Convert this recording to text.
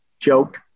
joke